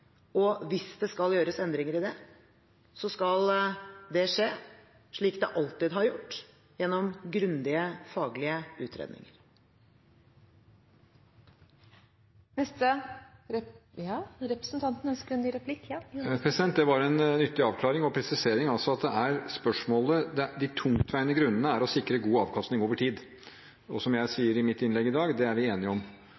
Hvis det skal gjøres endringer i det, skal det skje slik det alltid har gjort, gjennom grundige faglige utredninger. Det var en nyttig avklaring og presisering at de tungtveiende grunnene er å sikre god avkastning over tid. Som jeg